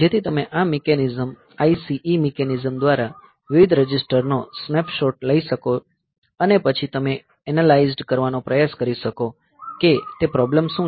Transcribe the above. જેથી તમે આ મિકેનિઝમ ICE મિકેનિઝમ દ્વારા વિવિધ રજિસ્ટરનો સ્નેપશોટ લઈ શકો અને પછી તમે એનાલાઇઝ્ડ કરવાનો પ્રયાસ કરી શકો કે તે પ્રોબ્લેમ શું છે